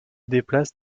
déplacent